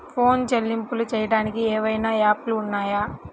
Phone చెల్లింపులు చెయ్యటానికి ఏవైనా యాప్లు ఉన్నాయా?